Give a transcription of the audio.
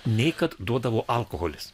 nei kad duodavo alkoholis